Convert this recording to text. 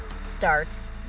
starts